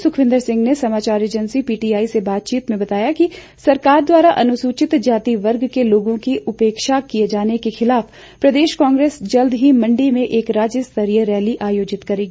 सुखविंद्र सिंह ने समाचार agency PTI से बातचीत में बताया कि सरकार द्वारा अनुसूचित जाति वर्ग के लोगों की उपेक्षा किए जाने के खिलाफ प्रदेश कांग्रेस जल्द ही मंडी में एक राज्य स्तरीय रैली आयोजित करेगी